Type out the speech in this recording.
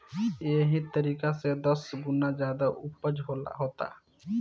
एह तरीका से दस गुना ज्यादे ऊपज होता